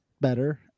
better